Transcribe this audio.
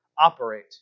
operate